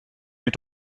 mit